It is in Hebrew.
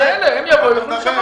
ברוכים הנמצאים, תודה רבה.